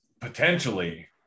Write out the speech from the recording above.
potentially